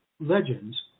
legends